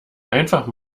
einfach